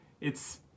it's-